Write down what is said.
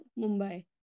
Mumbai